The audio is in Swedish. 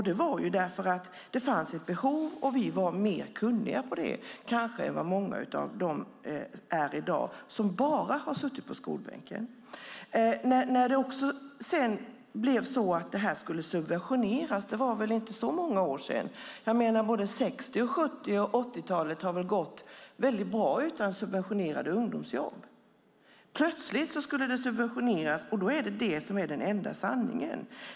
Det var det därför att det fanns ett behov, och vi var mer kunniga kanske än många av de ungdomar är i dag som bara har suttit på skolbänken. Det var inte så länge sedan det blev så att de skulle subventioneras. På 60-, 70 och 80-talet gick det bra utan subventionerade ungdomsjobb. Plötsligt skulle de subventioneras, och då är det detta som är den enda sanningen.